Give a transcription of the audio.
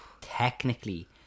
technically